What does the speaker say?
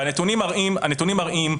והנתונים מראים,